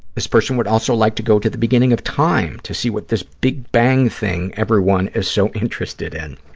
this person would also like to go to the beginning of time to see what this big bang thing everyone is so interested in.